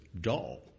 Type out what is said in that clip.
dull